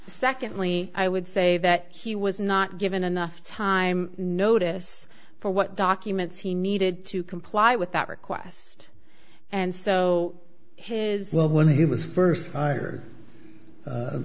secondly i would say that he was not given enough time notice for what documents he needed to comply with that request and so his when he was first hire